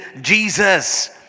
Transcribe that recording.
Jesus